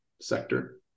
sector